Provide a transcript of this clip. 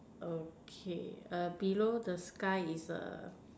okay err below the sky is a